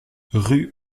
rue